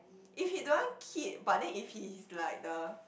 if he don't want kid but then if he is like the